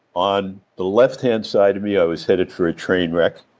on the left hand side of me, i was headed for a train wreck.